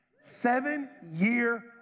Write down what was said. Seven-year